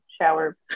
shower